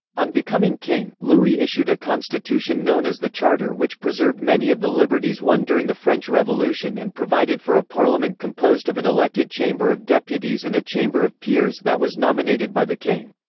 on becoming king, louis issued a constitution known as the charter which preserved many of the liberties won during the french revolution and provided for a parliament composed of an elected chamber of deputies and a chamber of peers that was nominated by the king.